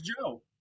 Joe